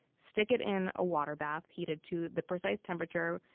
stick it in a water bath, heat it to the precise temperature,